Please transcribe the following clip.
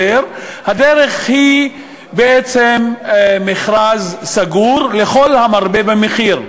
הדרך היא בעצם מכרז סגור לכל המרבה במחיר.